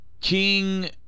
King